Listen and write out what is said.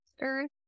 Earth